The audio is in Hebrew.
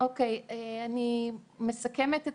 אני מסכמת את